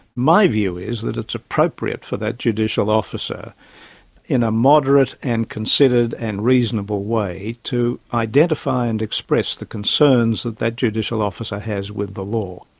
my view is that it's appropriate for that judicial officer in a moderate and considered and reasonable way to identify and express the concerns that that judicial officer has with the law.